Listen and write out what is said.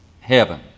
heaven